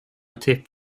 tip